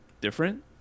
different